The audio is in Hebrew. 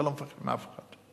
אתה לא מפחד מאף אחד.